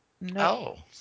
no